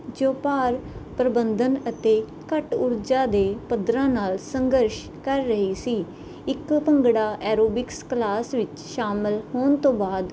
ਤੇ ਉਹ ਭਾਰ ਪ੍ਰਬੰਧਨ ਅਤੇ ਘੱਟ ਊਰਜਾ ਦੇ ਪੱਧਰਾਂ ਨਾਲ ਸੰਘਰਸ਼ ਕਰ ਰਹੀ ਸੀ ਇੱਕ ਭੰਗੜਾ ਐਰੋਬਿਕਸ ਕਲਾਸ ਵਿੱਚ ਸ਼ਾਮਿਲ ਹੋਣ ਤੋਂ ਬਾਅਦ